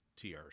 TRC